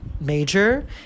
Major